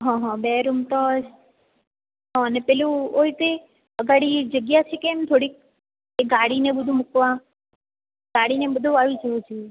હ હ બે રૂમ બસ અને પેલું હોય તે અગાડી જગ્યા છે કેમ થોડીક ગાડી ને બધું મૂકવા ગાડીને બધું આવી જવું જોઈએ